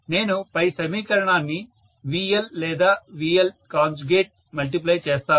నేను పై సమీకరణాన్ని VL లేదా VL మల్టిప్లై చేస్తాను